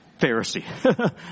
Pharisee